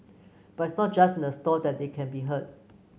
but it's not just in the store that they can be heard